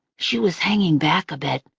she was hanging back a bit,